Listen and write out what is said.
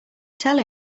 tell